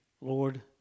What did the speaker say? Lord